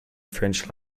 french